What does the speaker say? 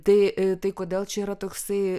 tai tai kodėl čia yra toksai